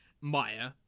Maya